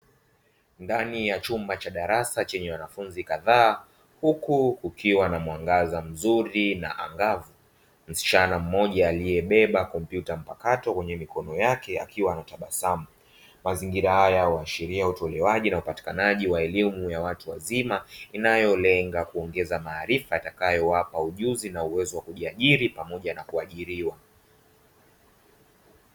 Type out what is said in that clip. Ndani ya chumba cha darasa chenye wanafunzi kadhaa huku kukiwa na mwangaza mzuri na angavu; msichana mmoja aliyebeba kompyuta mpakato kwenye mikono yake akiwa anatabasamu. Mazingira haya huashiria utolewaji na upatikanaji wa elimu ya watu wazima inayolenga kuongeza maarifa yatakayowapa ujuzi na uweza wa kujiajiri pamoja na kuajiriwa.